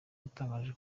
yatangaje